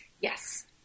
Yes